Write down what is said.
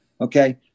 Okay